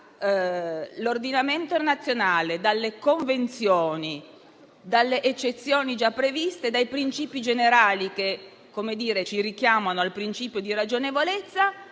dall'ordinamento nazionale, dalle convenzioni, dalle eccezioni già previste, dai principi generali che ci richiamano al principio di ragionevolezza,